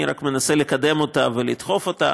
אני רק מנסה לקדם אותה ולדחוף אותה,